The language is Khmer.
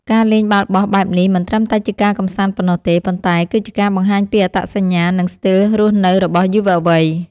ការលេងបាល់បោះបែបនេះមិនត្រឹមតែជាការកម្សាន្តប៉ុណ្ណោះទេ ប៉ុន្តែគឺជាការបង្ហាញពីអត្តសញ្ញាណ និងស្ទីលរស់នៅរបស់យុវវ័យ។